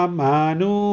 manu